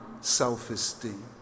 self-esteem